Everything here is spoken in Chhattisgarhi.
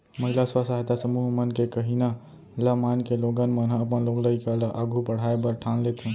महिला स्व सहायता समूह मन के कहिना ल मानके लोगन मन ह अपन लोग लइका ल आघू पढ़ाय बर ठान लेथें